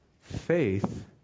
faith